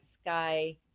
sky